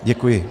Děkuji.